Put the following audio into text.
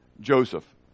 Joseph